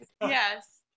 Yes